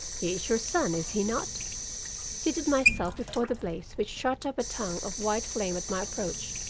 he is your son is he not seated myself before the blaze which shot up a tongue of white flame at my approach,